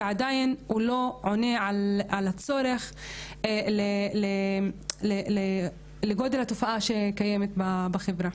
ועדיין הוא לא עונה על הצורך ועל גודל התופעה שקיימת בחברה.